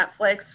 Netflix